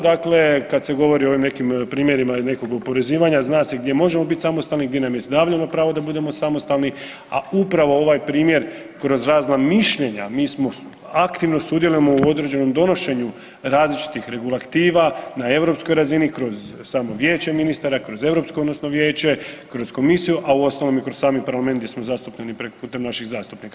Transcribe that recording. Dakle, kad se govori o ovim nekim primjerima nekog oporezivanja zna se gdje možemo biti samostalni, gdje je …/nerazumljivo/… pravo da budemo samostalni, a upravo ovaj primjer kroz razna mišljenja mi smo aktivno sudjelujemo u određenom donošenju različitih regulativa na europskoj razini kroz samo vijeće ministara, kroz europsko odnosno vijeće, kroz komisiju, a uostalom i kroz sami parlament gdje smo zastupljeni preko putem naših zastupnika.